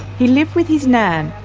he lived with his nan,